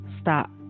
stop